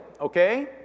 okay